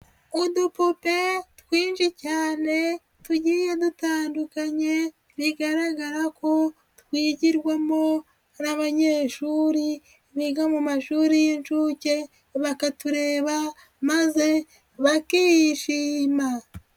Udupupe twinshi cyane tugiye dutandukanye bigaragara ko twigirwamo n'abanyeshuri biga mu mashuri y'inshuke, bakatureba maze bakishima.